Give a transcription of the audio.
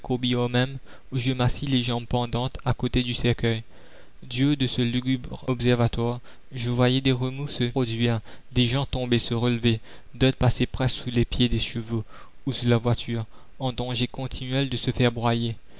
je m'assis les jambes pendantes à côté du cercueil du haut de ce lugubre observatoire je voyais des remous se la commune produire des gens tomber se relever d'autres passer presque sous les pieds des chevaux ou sous la voiture en danger continuel de se faire broyer